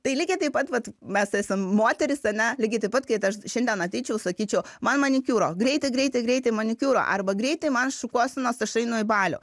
tai lygiai taip pat vat mes esam moterys ane lygiai taip pat kad aš šiandien ateičiau sakyčiau man manikiūro greitai greitai greitai manikiūro arba greitai man šukuosenos aš einu į balių